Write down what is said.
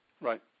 Right